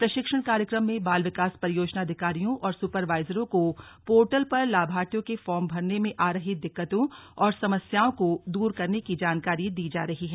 प्रशिक्षण कार्यक्रम में बाल विकास परियोजना अधिकारियों और सुपरवाइजरों को पोर्टल पर लाभार्थियों के फार्म भरने में आ रही दिक्कतों और समस्याओं को दूर करने की जानकारी दी जा रही है